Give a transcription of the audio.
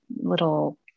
little